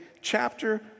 chapter